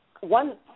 one